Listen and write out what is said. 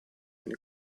beni